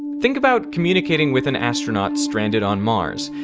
think about communicating with an astronaut stranded on mars.